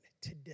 today